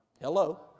Hello